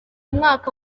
mwaka